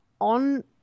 on